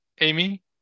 Amy